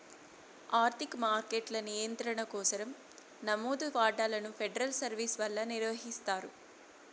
ఆర్థిక మార్కెట్ల నియంత్రణ కోసరం నమోదు వాటాలను ఫెడరల్ సర్వీస్ వల్ల నిర్వహిస్తారు